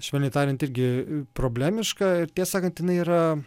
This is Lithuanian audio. švelniai tariant irgi problemiška ir tiesą sakant jinai yra